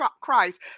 Christ